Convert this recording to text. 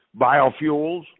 biofuels